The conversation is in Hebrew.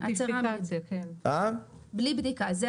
הצהרה בלי בדיקה.